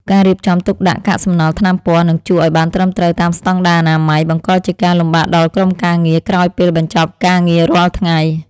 ការរៀបចំទុកដាក់កាកសំណល់ថ្នាំពណ៌ និងជក់ឱ្យបានត្រឹមត្រូវតាមស្ដង់ដារអនាម័យ បង្កជាការលំបាកដល់ក្រុមការងារក្រោយពេលបញ្ចប់ការងាររាល់ថ្ងៃ។